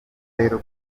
rero